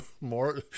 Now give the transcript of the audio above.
more